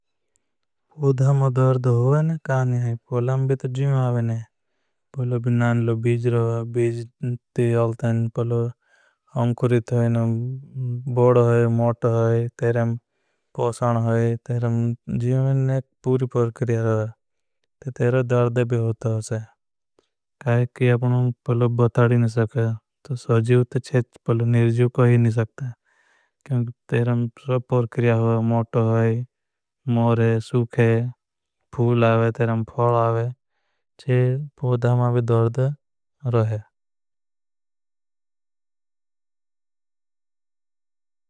युद्धा मे दर्द होये ने कानी है पूलां भी तो जीवावे ने। बीजर होये बीजती अल्थेनयुद्धा मे। अंकुरित होये ने बोड़ होये मोट होये तेरें पोशन होये। तेरें जीवावे ने पूरी पौर करिया रहा है दर्द भी होता है। क्याकि अपनों बहुत आड़ी ने सके सजीव ते छे बहुत। निर्जीव कोही ने सकते हैं तेरें सब पूर करिया होये मोट। होये मोरे, सुखे, फूलां आवे, तेरें पौलां आवे चे। बोड़ हमां भी दर्द रहे।